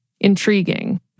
intriguing